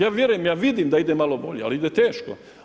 Ja vjerujem, ja vidim da ide malo bolje ali ide teško.